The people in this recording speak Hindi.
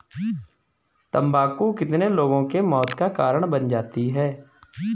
तम्बाकू कितने लोगों के मौत का कारण बन जाती है